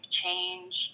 change